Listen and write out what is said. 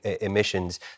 emissions